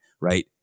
right